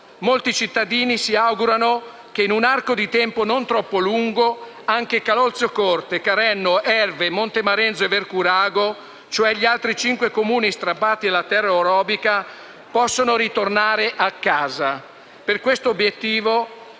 Molti cittadini si augurano che in un arco di tempo non troppo lungo anche Calolziocorte, Carenno, Erve, Monte Marenzo e Vercurago, cioè gli altri cinque Comuni strappati alla terra orobica, possano ritornare a casa.